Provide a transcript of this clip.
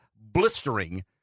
blistering